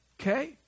Okay